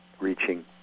reaching